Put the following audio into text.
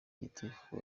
gitifu